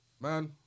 man